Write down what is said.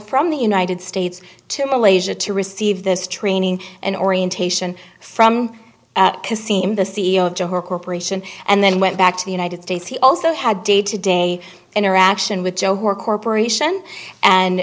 from the united states to malaysia to receive this training and orientation from to see him the c e o of johor corporation and then went back to the united states he also had day to day interaction with johor corporation and